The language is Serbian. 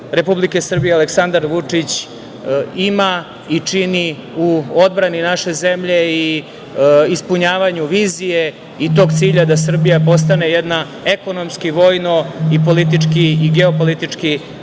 Republike Srbije Aleksandar Vučić imao i čini u odbrani naše zemlje i ispunjavanju vizije i tog cilja da Srbija postane jedna ekonomski, vojno i politički i geopolitički